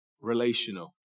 relational